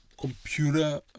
computer